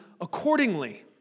accordingly